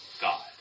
God